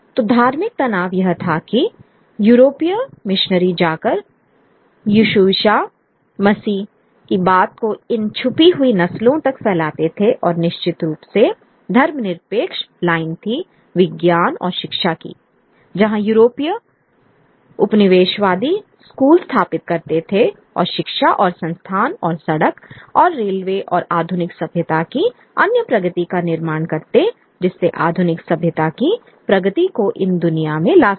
तो धार्मिक तनाव यह था कि यूरोपीय मिशनरी जाकर यीशुईसा मसीह की बात को इन छुपी हुई नस्लों तक फैलाते थे और निश्चित रूप से धर्मनिरपेक्ष लाइन थी विज्ञान और शिक्षा की जहां यूरोपीय उपनिवेशवादी स्कूल स्थापित करते थे और शिक्षा और संस्थान और सड़क और रेलवे और आधुनिक सभ्यता की अन्य प्रगति का निर्माण करते जिससे आधुनिक सभ्यता की प्रगति को इन दुनिया में ला सके